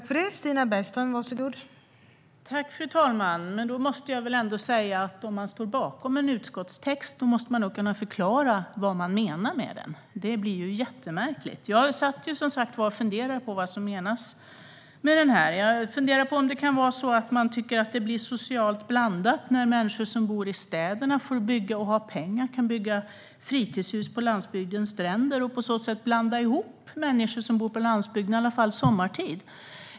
Fru talman! Om man står bakom en utskottstext måste man väl ändå kunna förklara vad man menar med den. Annars blir det ju jättemärkligt. Jag funderade som sagt på vad som menas med det här. Kan det vara så att man tycker att det blir socialt blandat när människor som bor i städerna och har pengar får bygga fritidshus på landsbygdens stränder och på så sätt blanda sig med människor som bor på landsbygden, i alla fall sommartid?